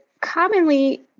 commonly